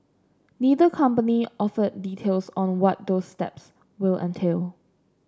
neither company offered details on what those steps will entail